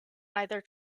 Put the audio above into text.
either